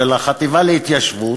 של החטיבה להתיישבות,